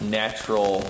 natural